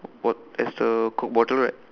what as the coke bottle right